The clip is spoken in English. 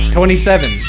Twenty-seven